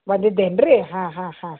ಬಂದಿದ್ದೇನು ರೀ ಹಾಂ ಹಾಂ ಹಾಂ